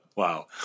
Wow